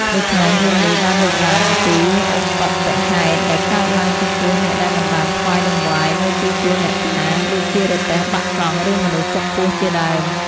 ដូច្នេះរឿងនេះបានលើកឡើងអំពីឧប្បត្តិហេតុដែលកើតឡើងចំពោះអ្នកដែលមិនបានថ្វាយតង្វាយនៅទីទួលអ្នកតា ដូចជារទេះបាក់កង់ ឬមនុស្សចុកពោះជាដើម ។